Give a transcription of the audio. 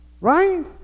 Right